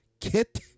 kit